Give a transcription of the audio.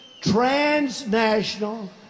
transnational